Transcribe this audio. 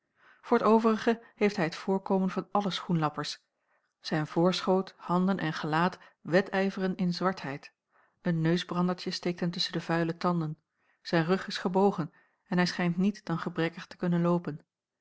voor t overige heeft hij het voorkomen van alle schoenlappers zijn voorschoot handen en gelaat wedijveren in zwartheid een neusbrandertje steekt hem tusschen de vuile tanden zijn rug is gebogen en hij schijnt niet dan gebrekkig te kunnen loopen